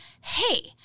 hey